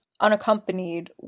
unaccompanied